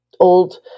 old